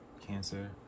cancer